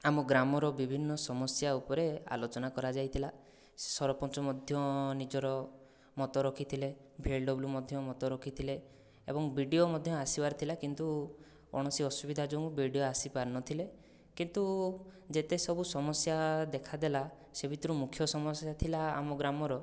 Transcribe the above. ଆମ ଗ୍ରାମର ବିଭିନ୍ନ ସମସ୍ୟା ଉପରେ ଆଲୋଚନା କରାଯାଇଥିଲା ସରପଞ୍ଚ ମଧ୍ୟ ନିଜର ମତ ରଖିଥିଲେ ଭିଏଲ୍ଡବ୍ଲୁ ମଧ୍ୟ ମତ ରଖିଥିଲେ ଏବଂ ବିଡିଓ ମଧ୍ୟ ଆସିବାର ଥିଲା କିନ୍ତୁ କୌଣସି ଅସୁବିଧା ଯୋଗୁ ବିଡିଓ ଆସିପାରିନଥିଲେ କିନ୍ତୁ ଯେତେ ସବୁ ସମସ୍ୟା ଦେଖାଦେଲା ସେ ଭିତରୁ ମୁଖ୍ୟ ସମସ୍ୟା ଥିଲା ଆମ ଗ୍ରାମର